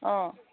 অঁ